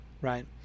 right